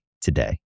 today